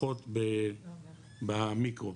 פחות במיקרו.